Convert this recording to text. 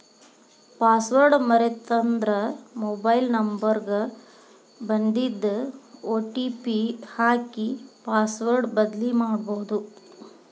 password ಮರೇತಂದ್ರ mobile number ಗ ಬನ್ದಿದ್ ಒ.ಟಿ.ಪಿ ಹಾಕಿ ಪಾಸ್ವರ್ಡ್ ಬದ್ಲಿಮಾಡ್ಬೊದು